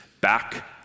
back